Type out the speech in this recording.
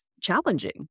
challenging